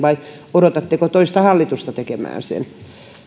odotatteko toista hallitusta tekemään sen